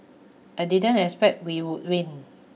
I didn't expect we would win